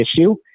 issue